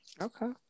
Okay